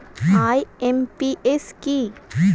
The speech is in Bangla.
আই.এম.পি.এস কি?